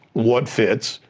what fits,